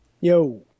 Yo